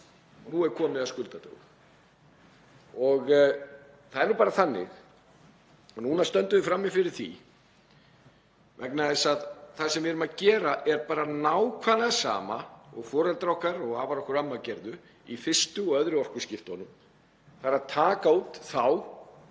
nú er komið að skuldadögum. Það er nú bara þannig og núna stöndum við frammi fyrir því — vegna þess að það sem við erum að gera er bara nákvæmlega sama og foreldrar okkar og afar og ömmur gerðu í fyrstu og öðrum orkuskiptunum, þ.e. að taka út